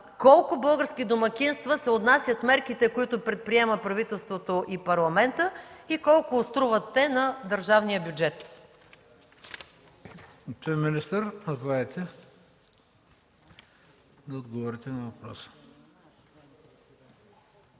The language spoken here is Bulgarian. колко български домакинства се отнасят мерките, които предприемат правителството и Парламентът и колко струват те на държавния бюджет.